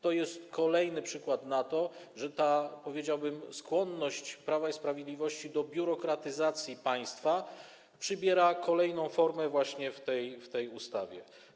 To jest kolejny przykład na to, że ta - powiedziałbym - skłonność Prawa i Sprawiedliwości do biurokratyzacji państwa przybiera kolejną formę, właśnie w tej ustawie.